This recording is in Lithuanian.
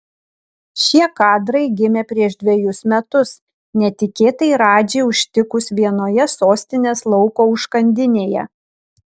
šie kadrai gimė prieš dvejus metus netikėtai radžį užtikus vienoje sostinės lauko užkandinėje